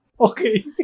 Okay